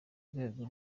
rwego